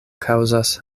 kaŭzas